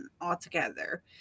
altogether